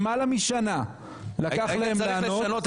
למעלה משנה לקח להם לענות.